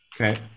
Okay